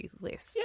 list